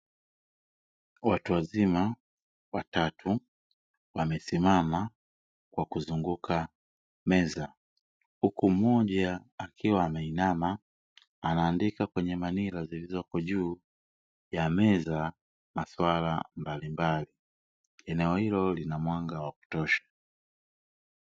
Watu wazima watatu wamesimama wakizunguka meza, huku mmoja akiwa ameinama anaandika kwenye karatasi zilizoko juu ya meza masuala mbalimbali, eneo hilo lina mwanga wa kutosha.